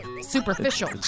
superficial